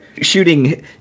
shooting